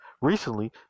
recently